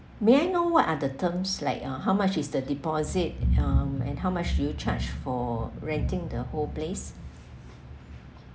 may I know what are the terms like uh how much is the deposit um and how much do you charge for renting the whole place